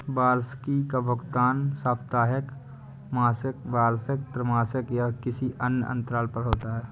वार्षिकी का भुगतान साप्ताहिक, मासिक, वार्षिक, त्रिमासिक या किसी अन्य अंतराल पर होता है